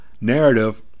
narrative